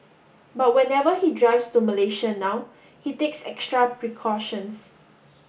but whenever he drives to Malaysia now he takes extra precautions